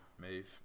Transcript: move